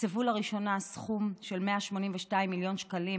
תקצבו לראשונה סכום של 182 מיליון שקלים